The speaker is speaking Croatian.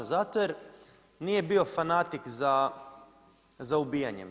Zato jer nije bio fanatik za ubijanjem.